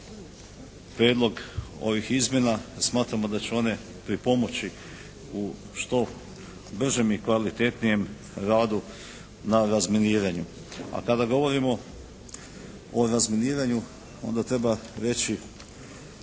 prijedlog ovih izmjena i smatramo da će one pripomoći u što bržem i kvalitetnijem radu na razminiranju, a kada govorimo o razminiranju onda treba reći